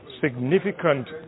significant